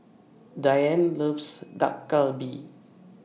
Diann loves Dak Galbi